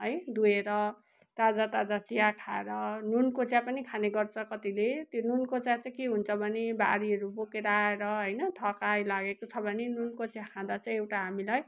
है दुहेर ताजा ताजा चिया खाएर नुनको चिया पनि खाने गर्छ कतिले त्यो नुनको चिया चाहिँ के हुन्छ भने भारीहरू बोकेर आएर होइन थकाइ लागेको छ भने नुनको चिया खाँदा चाहिँ एउटा हामीलाई